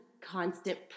constant